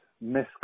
Miss